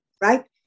right